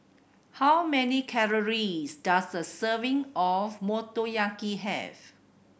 how many calories does a serving of Motoyaki have